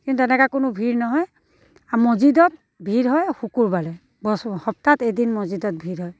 কিন্তু এনেকৈ কোনো ভিৰ নহয় আৰু মছজিদত ভিৰ হয় শুকুৰবাৰে বচ সপ্তাহত এদিন মছজিদত ভিৰ হয়